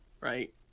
right